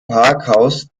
parkhaus